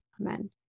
Amen